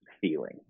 feeling